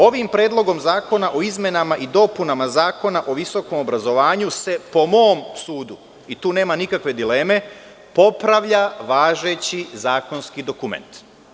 Ovim Predlogom zakona o izmenama i dopunama Zakona o visokom obrazovanju se, po mom sudu, i tu nema nikakve dileme, popravlja važeći zakonski dokument.